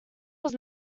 was